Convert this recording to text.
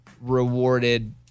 rewarded